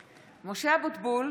(קוראת בשמות חברי הכנסת) משה אבוטבול,